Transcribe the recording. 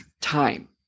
time